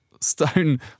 stone